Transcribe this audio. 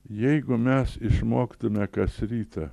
jeigu mes išmokstame kas rytą